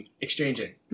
exchanging